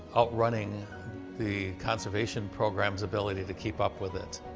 outrunning the conservation program's ability to keep up with it.